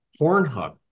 Pornhub